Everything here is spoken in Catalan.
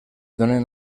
donen